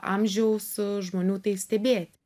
amžiaus žmonių tai stebėti